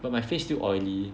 but my face still oily